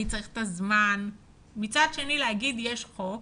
אני צריך את הזמן ומצד שני להגיד שיש חוק